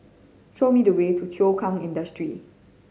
show me the way to Thow Kwang Industry